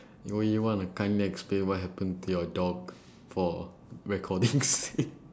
you wan~ you want to kinda explain what happened to your dog for recording's sake